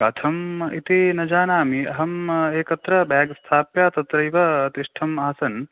कथम् इति न जानामि अहम् एकत्र बेग् स्थाप्य तत्रैव तिष्ठम् आसन्